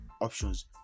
options